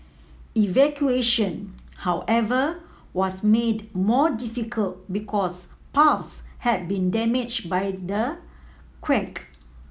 evacuation however was made more difficult because paths had been damage by the quake